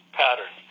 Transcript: pattern